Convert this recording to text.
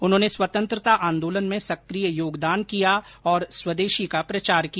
उन्होंने स्वतंत्रता आंदोलन में सक्रिय योगदान किया और स्वदेशी का प्रचार किया